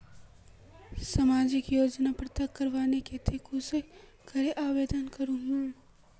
सामाजिक योजना प्राप्त करवार केते कुंसम करे आवेदन करूम?